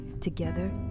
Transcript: together